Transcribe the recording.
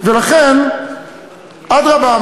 ולכן אדרבה,